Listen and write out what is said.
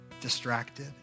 distracted